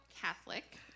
Catholic